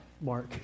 Mark